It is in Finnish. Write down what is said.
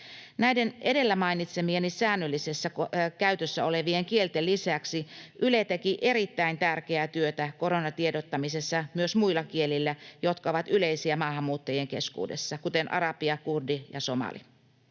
Näiden edellä mainitsemieni säännöllisessä käytössä olevien kielten lisäksi Yle teki erittäin tärkeää työtä koronatiedottamisessa myös muilla kielillä, jotka ovat yleisiä maahanmuuttajien keskuudessa, kuten arabia, kurdi ja somali.